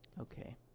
Okay